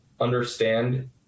understand